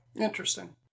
Interesting